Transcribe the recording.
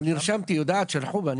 אין שום בעיה, זכות הדיבור תהיה שלך.